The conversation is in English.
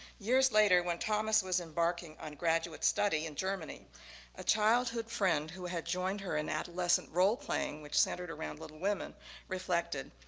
years later when thomas was embarking on graduate study in germany a childhood friend who had joined her in adolescent roleplaying which centered around little women reflected,